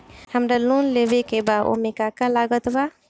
हमरा लोन लेवे के बा ओमे का का लागत बा?